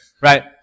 Right